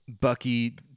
Bucky